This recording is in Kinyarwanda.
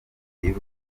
y’u